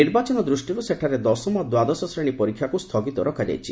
ନିର୍ବାଚନ ଦୃଷ୍ଟିରୁ ସେଠାରେ ଦଶମ ଓ ଦ୍ୱାଦଶ ଶ୍ରେଣୀ ପରୀକ୍ଷାକୁ ସ୍ଥଗିତ ରଖାଯାଇଛି